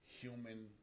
human